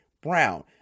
brown